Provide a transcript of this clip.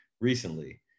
recently